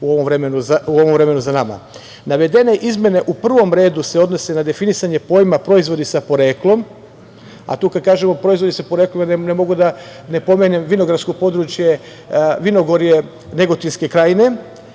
u ovom vremenu za nama. Navedene izmene u prvom redu se odnose na definisanje pojma „proizvodi sa poreklom“, a kada kažemo „proizvodi sa poreklom“, ne mogu da ne pomenem vinogradsko područje, vinogorje, Negotinske krajine.